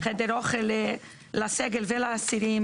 חדר אוכל לסגל ולאסירים,